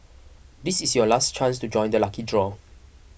this is your last chance to join the lucky draw